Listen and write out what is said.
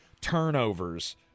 turnovers